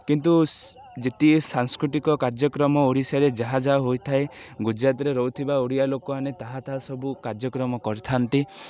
କିନ୍ତୁ ଯେତିକ୍ ସାଂସ୍କୃତିକ କାର୍ଯ୍ୟକ୍ରମ ଓଡ଼ିଶାରେ ଯାହା ଯାହା ହୋଇଥାଏ ଗୁଜୁରାଟରେ ରହୁଥିବା ଓଡ଼ିଆ ଲୋକମାନେ ତାହା ତାହା ସବୁ କାର୍ଯ୍ୟକ୍ରମ କରିଥାନ୍ତି